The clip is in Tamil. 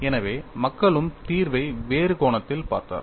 எனவே மக்களும் தீர்வை வேறு கோணத்தில் பார்த்தார்கள்